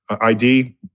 ID